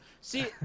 See